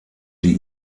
die